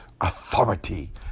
authority